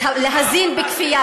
להזין בכפייה,